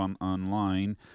online